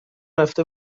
رفته